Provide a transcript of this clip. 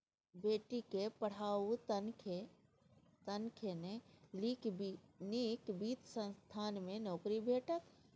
बेटीक पढ़ाउ तखने नीक वित्त संस्थान मे नौकरी भेटत